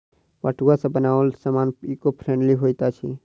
पटुआ सॅ बनाओल सामान ईको फ्रेंडली होइत अछि